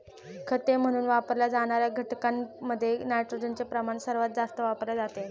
खते म्हणून वापरल्या जाणार्या घटकांमध्ये नायट्रोजनचे प्रमाण सर्वात जास्त वापरले जाते